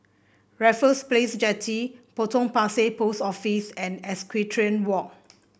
Raffles Place Jetty Potong Pasir Post Office and Equestrian Walk